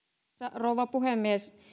rouva puhemies